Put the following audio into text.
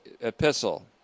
epistle